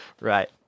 right